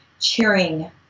Cheering